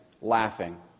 laughing